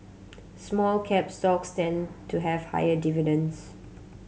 small cap stocks tend to have higher dividends